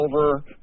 over